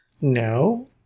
No